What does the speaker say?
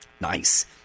nice